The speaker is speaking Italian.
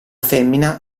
femmina